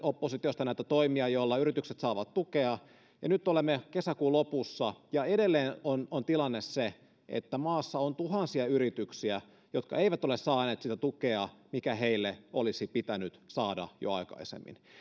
oppositiosta näitä toimia joilla yritykset saavat tukea ja nyt olemme kesäkuun lopussa ja edelleen on on tilanne se että maassa on tuhansia yrityksiä jotka eivät ole saaneet sitä tukea mikä heille olisi pitänyt saada jo aikaisemmin